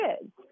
kids